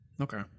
okay